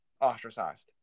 ostracized